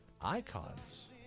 Icons